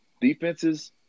Defenses